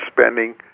spending